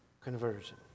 conversion